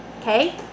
okay